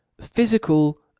physical